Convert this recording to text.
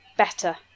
Better